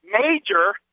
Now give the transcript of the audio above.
major